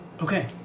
okay